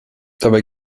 dabei